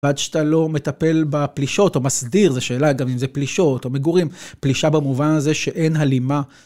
ועד שאתה לא מטפל בפלישות או מסדיר, זו שאלה גם אם זה פלישות או מגורים, פלישה במובן הזה שאין הלימה.